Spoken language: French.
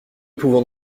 pouvons